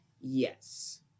Yes